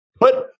Put